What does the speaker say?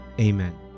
Amen